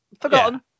Forgotten